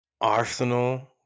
Arsenal